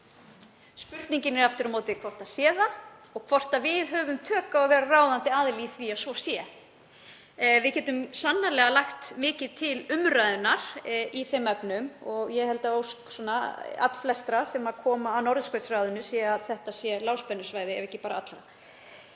Spurningin er aftur á móti hvort þær séu það og hvort við höfum tök á að vera ráðandi aðili í því að svo sé. Við getum sannarlega lagt mikið til umræðunnar í þeim efnum og ég held að ósk allflestra, ef ekki allra, sem koma að Norðurskautsráðinu sé að þetta sé lágspennusvæði. Ég þakka hv.